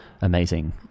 amazing